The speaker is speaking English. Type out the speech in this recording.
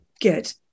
good